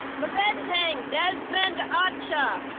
but and and desmond ah ah acha